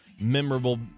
Memorable –